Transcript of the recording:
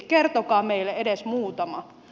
kertokaa meille edes muutama